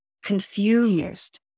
confused